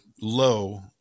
low